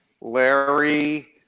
Larry